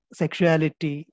sexuality